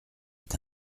est